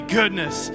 goodness